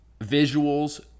visuals